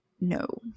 no